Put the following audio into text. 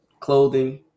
clothing